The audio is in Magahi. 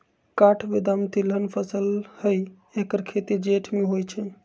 काठ बेदाम तिलहन फसल हई ऐकर खेती जेठ में होइ छइ